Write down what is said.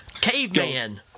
Caveman